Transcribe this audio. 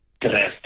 dressed